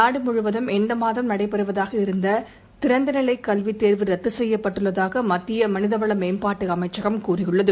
நாடு முழுவதும் இந்த மாதம் நடைபெறுவதாக இருந்த திறந்த நிலைக் கல்வித் தேர்வு ரத்து செய்யப்பட்டுள்ளதாக மனித வள மேம்பாட்டு அமைச்சகம் கூறியுள்ளது